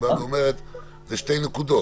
היא באה ואומרת: זה שתי נקודות.